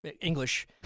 English